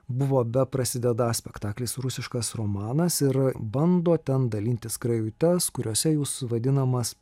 buvo beprasidedąs spektaklis rusiškas romanas ir bando ten dalinti skrajutes kuriose jūs vadinamas